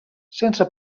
sense